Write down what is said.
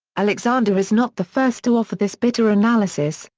like so and is not the first to offer this bitter analysis,